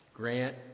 Grant